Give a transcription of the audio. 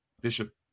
Bishop